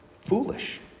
foolish